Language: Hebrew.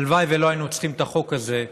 הלוואי שלא היינו צריכים את החוק הזה,